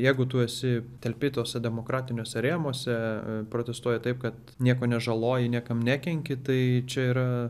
jeigu tu esi telpi tuose demokratiniuose rėmuose protestuoji taip kad nieko nežaloji niekam nekenki tai čia yra